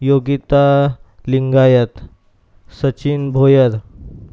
Yogita Lingayat Sachin Bhoyar